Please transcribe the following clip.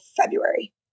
February